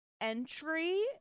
entry